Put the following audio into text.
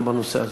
גם בנושא הזה.